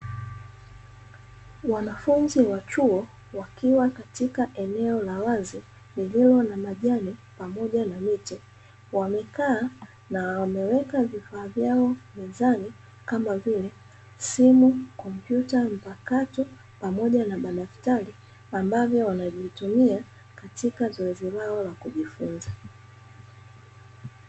Wanafunzi wa chuo wakiwa katika eneo la wazi, lililo na majani pamoja na miti. Wamekaa na wameweka vifaa vyao mezani, kama vile: simu, kompyuta mpakato, pamoja na madaktari ambavyo wanavitumia katika zoezi lao la kujifunza.